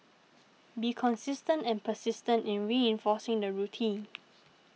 be consistent and persistent in reinforcing the routine